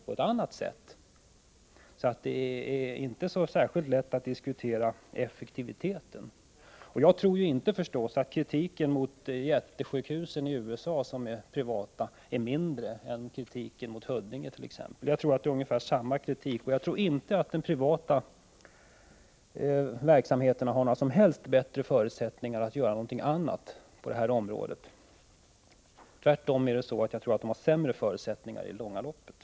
Det är således inte så lätt att diskutera effektiviteten. Jag tror inte att kritiken mot jättesjukhusen i USA som är privata är mindre än kritiken mot t.ex. Huddinge sjukhus. Jag tror att kritiken är ungefär densamma. Jag tror inte att den privata verksamheten har bättre förutsättningar att göra något annat på detta område. Tvärtom tror jag att den har sämre förutsättningar i det långa loppet.